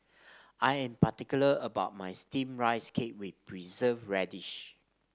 I am particular about my steamed Rice Cake with Preserved Radish